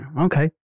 Okay